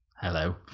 Hello